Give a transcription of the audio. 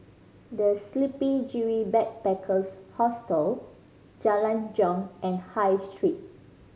The Sleepy Kiwi Backpackers Hostel Jalan Jong and High Street